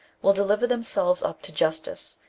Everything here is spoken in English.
will deliver themselves up to justice,